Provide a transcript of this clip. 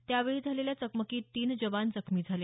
त्यावेळी झालेल्या चकमकीत तीन जवान जखमी झाले